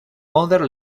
other